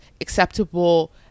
acceptable